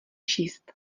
číst